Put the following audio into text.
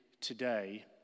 today